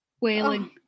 Wailing